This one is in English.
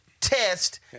test